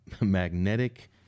magnetic